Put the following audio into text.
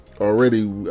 already